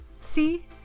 see